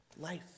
life